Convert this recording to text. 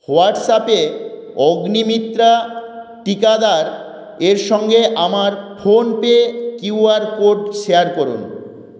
হোয়াটসঅ্যাপে অগ্নিমিত্রা টিকাদার এর সঙ্গে আমার PhonePe Q R code share করুন